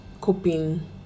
coping